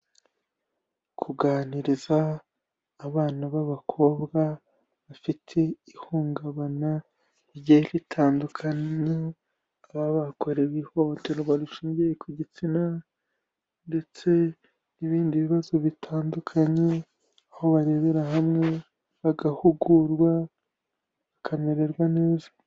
Kuganiriza abana b'abakobwa bafite ihungabana rigiye ritandukana, baba bakorewe ihohoterwa rishingiye ku gitsina ndetse n'ibindi bibazo bitandukanye, aho barebera hamwe bagahugurwa bakamererwa neza.